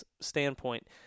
standpoint